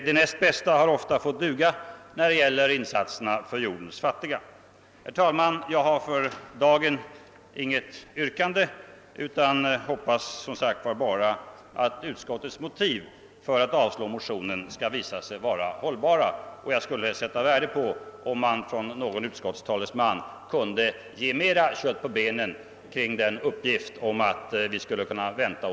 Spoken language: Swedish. Det näst bästa har ofta fått duga när det gäller insatserna för jordens fattiga. Herr talman! Jag har för dagen inget yrkande utan hoppas bara att utskottets motiv för att avstyrka bifall till motionen kommer att visa sig vara hållbart. Jag skulle också sätta värde på om någon talesman för utskottet kunde sätta litet mera kött på benen när det gäller uppgiften om att vi kan vänta oss generella tullpreferenser redan nästa år.